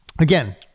Again